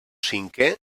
cinquè